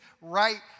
right